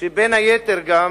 שבין היתר, גם